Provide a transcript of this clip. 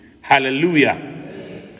Hallelujah